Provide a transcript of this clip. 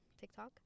TikTok